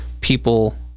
people